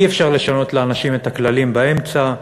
אי-אפשר לשנות לאנשים את הכללים באמצע.